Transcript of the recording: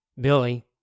Billy